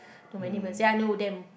to my neighbours ya I know them